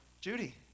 Judy